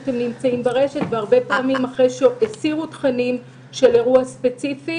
הם נמצאים ברשת והרבה פעמים אחרי שהסירו תכנים של אירוע ספציפי